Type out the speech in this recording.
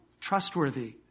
trustworthy